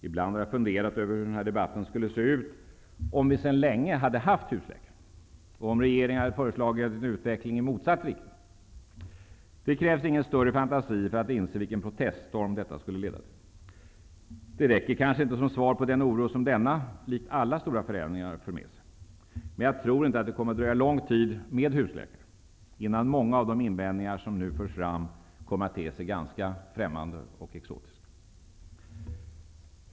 Ibland har jag funderat över hur denna debatt skulle se ut om vi sedan länge hade haft husläkare och regeringen hade föreslagit en utveckling i motsatt riktning. Det krävs ingen större fantasi för att inse vilken proteststorm det skulle leda till. Det räcker kanske inte som svar på den oro som denna, likt alla stora förändringar, för med sig. Men jag tror inte att det kommer att dröja lång tid med husläkare förrän många av de invändningar som nu förts fram kommer att te sig ganska främmande och exotiska.